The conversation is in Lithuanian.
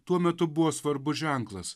tuo metu buvo svarbus ženklas